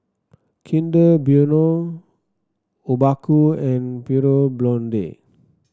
Kinder Bueno Obaku and Pure Blonde